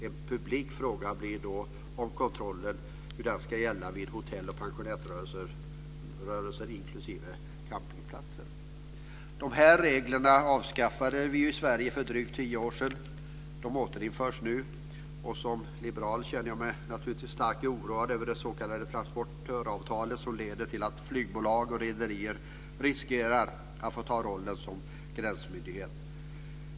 En publik fråga blir då hur kontrollen ska gälla vid hotell och pensionatrörelser inklusive campingplatser. Dessa regler avskaffade vi i Sverige för drygt tio år sedan. De återinförs nu. Som liberal känner jag mig naturligtvis starkt oroad över det s.k. transportöravtalet, som leder till att flygbolag och rederier riskerar att få ta rollen som gränsmyndighet.